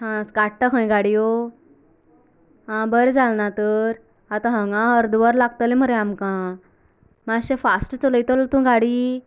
हा काडटा खंय गाडयो हां बरें जालें ना तर आतां हांगा अर्द वर लागतलें मरे आमकां मातशें फास्ट चलयतलो तूं गाडी